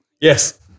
Yes